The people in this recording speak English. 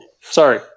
Sorry